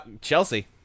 Chelsea